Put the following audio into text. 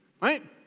right